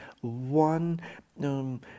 one